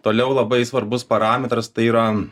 toliau labai svarbus parametras tai yra